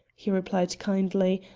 he replied kindly,